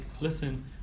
Listen